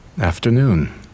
Afternoon